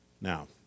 Now